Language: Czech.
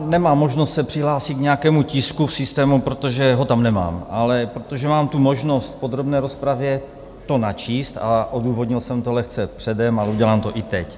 Nemám možnost se přihlásit k nějakému tisku v systému, protože ho tam nemám, ale protože mám možnost v podrobné rozpravě to načíst a odůvodnil jsem to lehce předem, ale udělám to i teď.